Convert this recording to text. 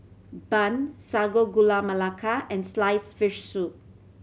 Bun Sago Gula Melaka and sliced fish soup